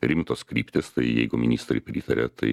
rimtos kryptys tai jeigu ministrai pritaria tai